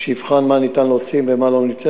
שיבחן מה ניתן להוציא ומה לא ניתן.